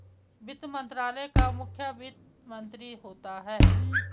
वित्त मंत्रालय का मुखिया वित्त मंत्री होता है